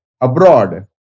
abroad